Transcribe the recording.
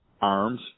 arms